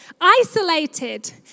Isolated